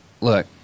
Look